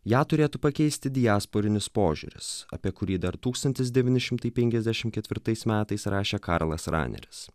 ją turėtų pakeisti diasporinis požiūris apie kurį dar tūkstantis devyni šimtai penkiasdešim ketvirtais metais rašė karlas raneris